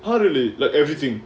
I really like everything